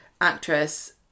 actress